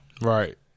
Right